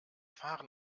fahren